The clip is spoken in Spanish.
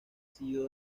sido